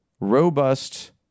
robust